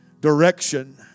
Direction